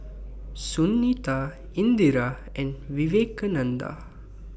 Sunita Indira and Vivekananda